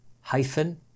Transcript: hyphen